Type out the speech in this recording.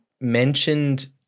mentioned